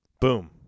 boom